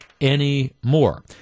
anymore